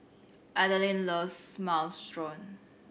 Adaline loves Minestrone